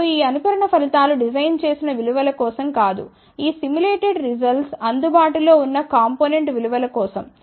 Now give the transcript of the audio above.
ఇప్పుడు ఈ అనుకరణ ఫలితాలు డిజైన్ చేసిన విలువ కోసం కాదు ఈ సిములేటెడ్ రిజల్స్ అందుబాటులో ఉన్న కాంపొనెంట్ విలువల కోసం